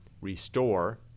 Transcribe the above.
restore